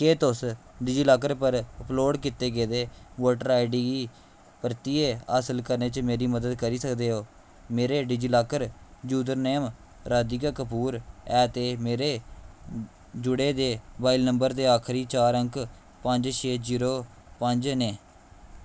केह् तुस डिजीलॉकर पर अपलोड कीते गेदे वोटर आई डी गी परतियै हासल करने च मेरी मदद करी सकदे ओ मेरे डिजिलॉकर यूजरनेम राधिका कपूर ऐ ते मेरे जुड़े दे मोबाइल नंबर दे आखरी चार अंक पंज छे जीरो पंज न